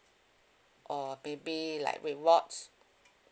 or maybe like rewards